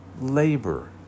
labor